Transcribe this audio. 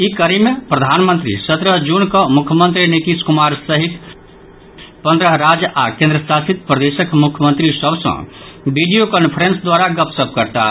ई कड़ी मे प्रधानमंत्री सत्रह जून कऽ मुख्यमंत्री नीतीश कुमार सहित पंद्रह राज्य आओर केंद्रशासित प्रदेशक मुख्यमंत्री सभ सँ वीडियो कांफ्रेंस द्वारा गपशप करताह